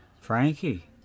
Frankie